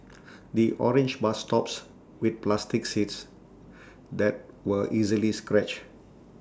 the orange bus stops with plastic seats that were easily scratched